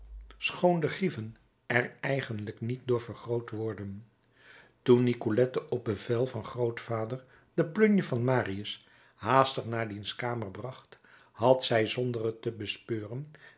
de grieven er eigenlijk niet door vergroot worden toen nicolette op bevel van grootvader de plunje van marius haastig naar diens kamer bracht had zij zonder het te bespeuren